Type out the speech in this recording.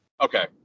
Okay